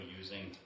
using